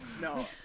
No